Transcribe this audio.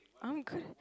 I'm good